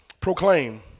proclaim